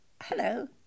hello